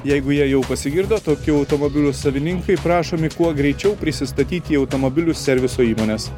jeigu jie jau pasigirdo tokių automobilių savininkai prašomi kuo greičiau prisistatyti į automobilių serviso įmones